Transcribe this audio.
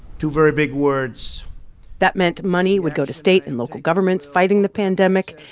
two very big words that meant money would go to state and local governments fighting the pandemic.